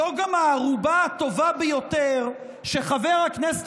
זו גם הערובה הטובה ביותר לכך שחבר הכנסת